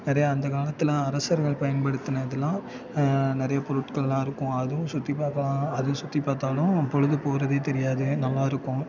நிறையா அந்த காலத்தில் அரசர்கள் பயன்படுத்தினதுலாம் நிறைய பொருட்கள்லாம் இருக்கும் அதுவும் சுற்றிப் பார்க்கலாம் அது சுற்றிப் பாத்தாலும் பொழுது போகிறதே தெரியாது நல்லாயிருக்கும்